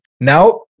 now